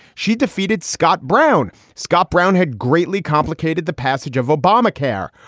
she defeated scott brown. scott brown had greatly complicated the passage of obamacare.